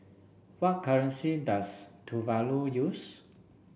what currency does Tuvalu use